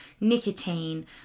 nicotine